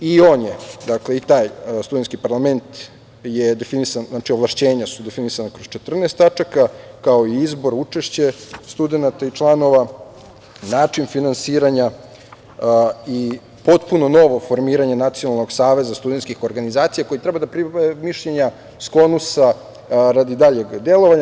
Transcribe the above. I taj studentski parlament je definisan, znači, ovlašćenja su definisana kroz 14 tačaka, kao i izbor, učešće studenata i članova, način finansiranja i potpuno novo formiranje nacionalnog saveza studentskih organizacija koji treba da pribave mišljenje SKONUS-a radi daljeg delovanja.